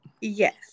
Yes